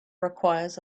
requires